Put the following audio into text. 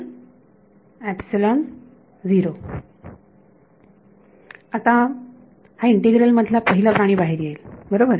तर आता हा इंटीग्रल मधला पहिला प्राणी बाहेर येईल बरोबर